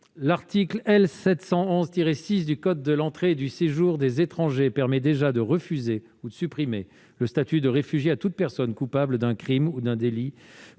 L'article L. 711-6 du code de l'entrée et du séjour des étrangers et du droit d'asile permet déjà de refuser ou de supprimer le statut de réfugié à toute personne coupable d'un crime ou d'un délit